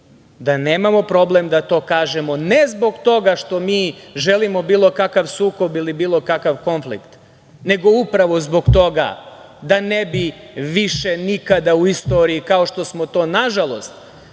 da nemamo problem da to kažemo, ne zbog toga što mi želimo bilo kakav sukob ili bilo kakav konflikt, nego upravo zbog toga da ne bi više nikada u istoriji, kao što smo to nažalost